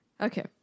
Okay